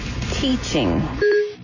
teaching